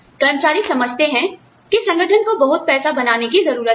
कर्मचारी समझते हैं कि संगठन को बहुत पैसा बनाने की जरूरत है